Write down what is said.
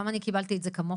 גם אני קיבלתי את כמוכם.